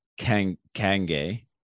Kange